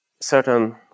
certain